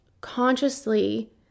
consciously